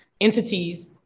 entities